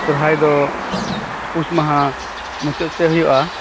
ᱥᱚᱨᱦᱟᱭ ᱫᱚ ᱯᱩᱥ ᱢᱟᱦᱟ ᱢᱩᱪᱟᱹᱫ ᱥᱮᱫ ᱦᱩᱭᱩᱜᱼᱟ